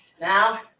Now